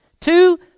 Two